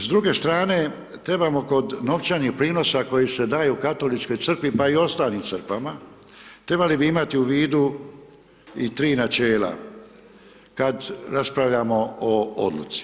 S druge strane, trebamo kod novčanih prinosa koji se daju Katoličkoj crkvi, pa i ostalim crkvama, trebali bi imati u vidu i 3 načela kad raspravljamo o odluci.